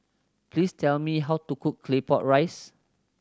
please tell me how to cook Claypot Rice